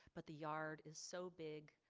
but the yard is so big,